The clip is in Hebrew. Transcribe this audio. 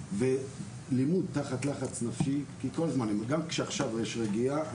לימוד תחת לחץ נפשי גם כשעכשיו יש רגיעה,